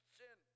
sin